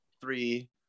three